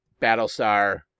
Battlestar